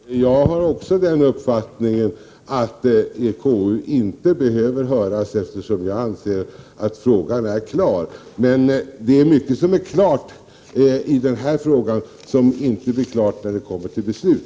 Fru talman! Jag har också den uppfattningen att KU inte behöver höras. Jag anser att frågan är klar, men det är mycket som är klart i denna fråga som inte blir klart när det kommer till beslut.